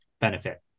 benefit